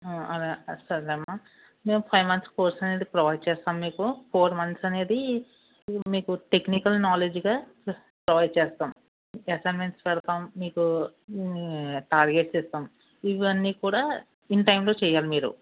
ఆ సరేనమ్మా మేము ఫైవ్ మంత్స్ కోర్స్ అనేది ప్రొవైడ్ చేస్తాం మీకు ఫోర్ మంత్స్ అనేది మీకు టెక్నికల్ నాలెడ్జిగా ప్రొవైడ్ చేస్తాం అసైన్మెంట్ పెడతాం మీకు టార్గెట్ ఇస్తాం ఇవన్నీకూడా ఇన్ టైంలో చెయ్యాలి మీరు